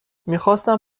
میخواستم